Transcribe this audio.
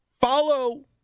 follow